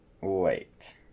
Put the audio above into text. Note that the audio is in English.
wait